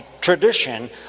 tradition